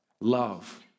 Love